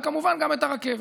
וכמובן גם את הרכבת.